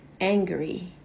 angry